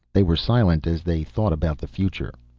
they were silent as they thought about the future.